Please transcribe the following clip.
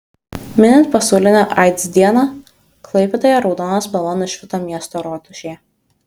minint pasaulinę aids dieną klaipėdoje raudona spalva nušvito miesto rotušė